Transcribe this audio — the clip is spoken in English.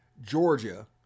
Georgia